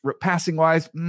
passing-wise